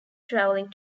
traveling